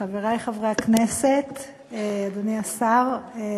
חברי חברי הכנסת, אדוני השר,